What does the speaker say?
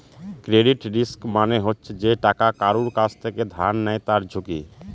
credit risk মানে হচ্ছে যে টাকা কারুর কাছ থেকে ধার নেয় তার ঝুঁকি